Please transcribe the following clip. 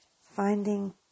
finding